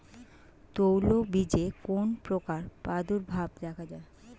তৈলবীজে কোন পোকার প্রাদুর্ভাব দেখা যায়?